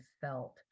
felt